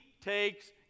takes